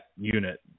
unit